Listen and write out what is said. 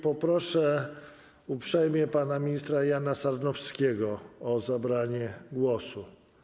Proszę uprzejmie pana ministra Jana Sarnowskiego o zabranie głosu.